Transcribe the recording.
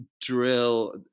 drill